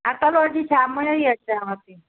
हा त हलो अॼु शाम जो ई अचांव थी